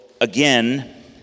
again